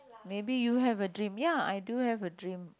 maybe you have a dream ya I do have a dream